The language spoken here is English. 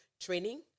training